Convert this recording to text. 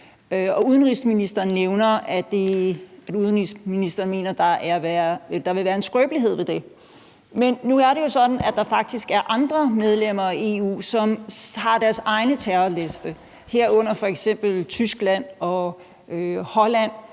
Udenrigsministeren nævner, at han mener, at der vil være en skrøbelighed ved det. Men nu er det jo sådan, at der faktisk er andre medlemmer af EU, som har deres egne terrorlister, herunder Tyskland og Holland,